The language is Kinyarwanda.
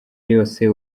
yose